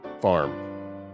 farm